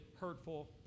hurtful